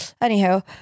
Anyhow